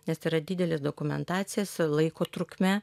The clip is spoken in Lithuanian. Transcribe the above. nes yra didelis dokumentacijas laiko trukme